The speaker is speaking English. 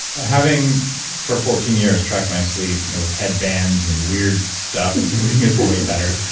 having for fourteen years tracked my sleep you know with headbands and weird stuff, the ring is way better.